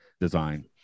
design